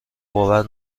آور